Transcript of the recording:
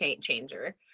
changer